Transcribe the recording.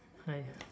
hi